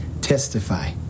testify